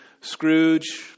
Scrooge